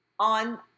on